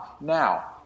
now